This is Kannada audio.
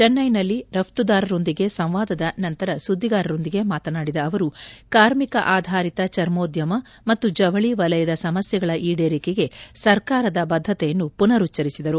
ಚೆನ್ನೈನಲ್ಲಿ ರಫ್ತುದಾರರೊಂದಿಗಿನ ಸಂವಾದದ ನಂತರ ಸುದ್ಗಿಗಾರರೊಂದಿಗೆ ಮಾತನಾಡಿದ ಅವರು ಕಾರ್ಮಿಕ ಆಧಾರಿತ ಚರ್ಮೋದ್ಗಮ ಮತ್ತು ಜವಳಿ ವಲಯದ ಸಮಸ್ಥೆಗಳ ಈಡೇರಿಕೆಗೆ ಸರ್ಕಾರದ ಬದ್ದತೆಯನ್ನು ಪುನರುಚ್ಚರಿಸಿದರು